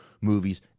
movies